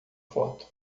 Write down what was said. foto